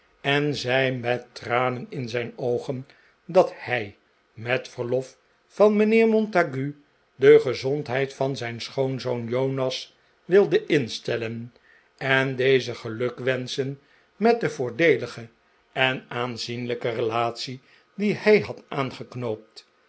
en zei met tranen in zijn oogen dat hij met verlof van mijnheer montague de gezondheid van zijn schoonzoon jonas wilde instellen en dezen gelukwenschen met de voordeelige en aanzienlijke relatie die hij had aangeknoopt